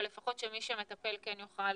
אבל לפחות שמי שיטפל כן יוכל